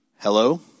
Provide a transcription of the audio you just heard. Hello